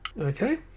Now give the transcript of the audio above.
Okay